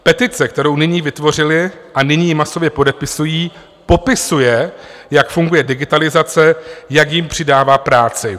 Petice, kterou nyní vytvořili a nyní ji masově podepisují, popisuje, jak funguje digitalizace, jak jim přidává práci.